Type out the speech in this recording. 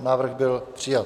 Návrh byl přijat.